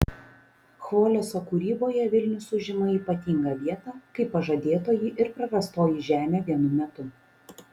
chvoleso kūryboje vilnius užima ypatingą vietą kaip pažadėtoji ir prarastoji žemė vienu metu